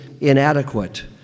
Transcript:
inadequate